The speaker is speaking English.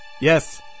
Yes